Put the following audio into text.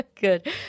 Good